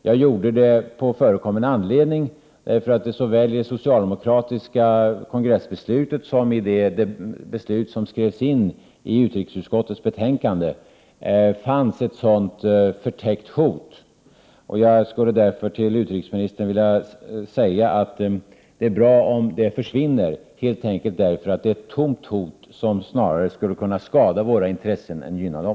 Det gjorde jag på förekommen anledning, därför att det i såväl det socialdemokratiska kongressbeslutet som det beslut som skrevs in i utrikesutskottets betänkande fanns ett sådant förtäckt hot. Jag skulle därför till utrikesministern vilja säga att det är bra om det försvinner, helt enkelt därför att det är ett tomt hot som snarare skulle kunna skada våra intressen än gynna dem.